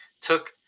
took